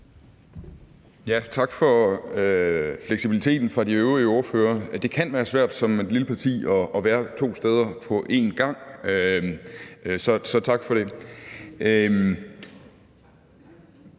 Tak for fleksibiliteten fra de øvrige ordførere. Det kan være svært som et lille parti at være to steder på en gang. Så tak for det.